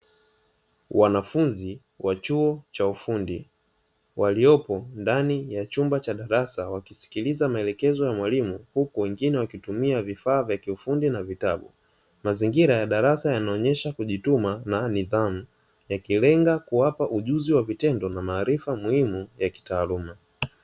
Wanafunzi wa chuo cha ufundi waliopo ndani ya chumba cha darasa wakisikiliza maelekezo ya mwalimu huku wengine wakitumia vifaa vya kiufundi na vitabu, mazingira ya darasa yanaonyesha kujituma na nidhamu yakilenga kuwapa ujuzi wa vitendo na maarifa muhimu ya kitaaluma.